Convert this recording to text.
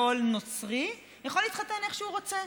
כל נוצרי יכול להתחתן איך שהוא רוצה.